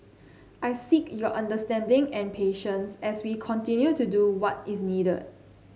I seek your understanding and patience as we continue to do what is needed